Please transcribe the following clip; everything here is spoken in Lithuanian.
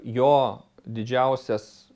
jo didžiausias